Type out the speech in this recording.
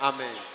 Amen